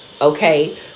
okay